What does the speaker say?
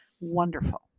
wonderful